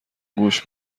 گوش